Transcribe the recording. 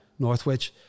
Northwich